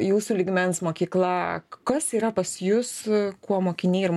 jūsų lygmens mokykla kas yra pas jus kuo mokiniai ir